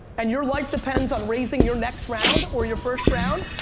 and your life depends on raising your next round or your first round,